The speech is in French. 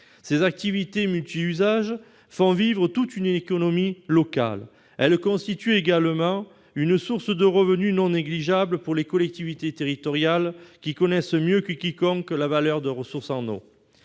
Ces activités multiusages font vivre toute une économie locale. Elles constituent également une source de revenus non négligeable pour les collectivités territoriales, qui connaissent mieux que quiconque la valeur de la ressource en eau.